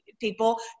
people